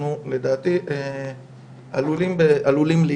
ואנחנו לדעתי עלולים להתנגש.